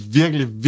virkelig